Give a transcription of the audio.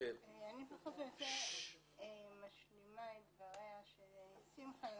אני פחות או יותר משלימה את דבריה של שמחה,